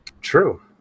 True